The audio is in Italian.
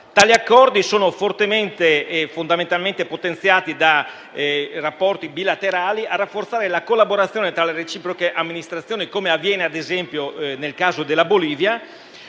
Tali accordi sono fortemente e fondamentalmente potenziati da rapporti bilaterali tesi a rafforzare la collaborazione tra le reciproche amministrazioni, come avviene ad esempio nel caso dell'Accordo